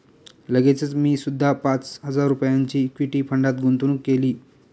लगेचच मी सुद्धा पाच हजार रुपयांची इक्विटी फंडात गुंतवणूक केली